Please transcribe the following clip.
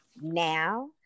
now